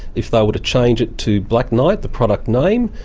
if they were to change it to black knight, the product name,